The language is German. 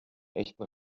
echten